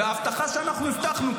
וההבטחה שאנחנו הבטחנו,